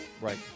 Right